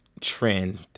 trend